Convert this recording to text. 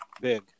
big